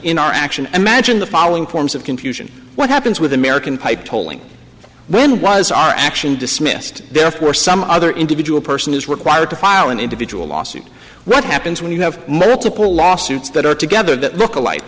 in our action and madge in the following forms of confusion what happens with american pie polling when was our action dismissed therefore some other individual person is required to file an individual lawsuit what happens when you have multiple lawsuits that are together that look alike